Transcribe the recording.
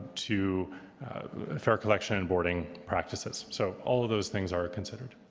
to fair collection and boarding practices. so all of those things are considered.